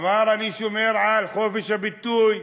אמר: אני שומר על חופש הביטוי,